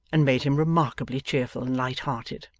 and made him remarkably cheerful and light-hearted.